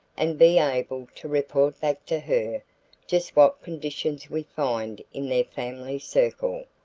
and be able to report back to her just what conditions we find in their family circle,